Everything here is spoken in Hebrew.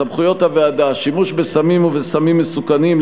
סמכויות הוועדה: שימוש בסמים ובסמים מסוכנים,